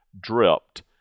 dripped